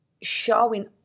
showing